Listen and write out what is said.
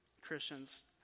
Christians